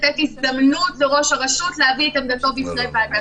לתת הזדמנות לראש הרשות להביא את עמדתו בפני ועדת השרים.